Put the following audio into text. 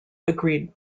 agreed